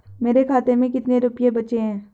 मेरे खाते में कितने रुपये बचे हैं?